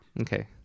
okay